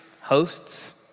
hosts